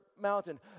mountain